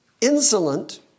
insolent